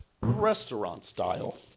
restaurant-style